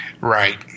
right